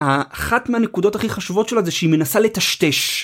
אחת מהנקודות הכי חשובות שלה זה שהיא מנסה לטשטש